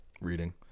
reading